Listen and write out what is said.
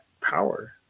power